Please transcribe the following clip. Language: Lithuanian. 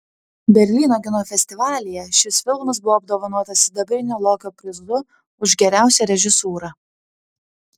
berlyno kino festivalyje šis filmas buvo apdovanotas sidabrinio lokio prizu už geriausią režisūrą